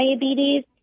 diabetes